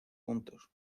juntos